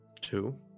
Two